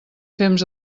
fems